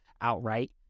outright